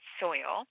soil